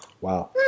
Wow